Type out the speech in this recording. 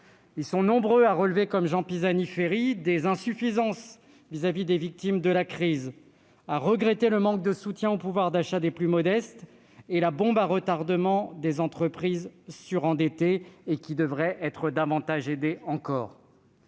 Ils sont nombreux à relever, comme Jean Pisani-Ferry, des insuffisances vis-à-vis des victimes de la crise, à regretter le manque de soutien au pouvoir d'achat des plus modestes et la bombe à retardement des entreprises surendettées et qui devraient être aidées encore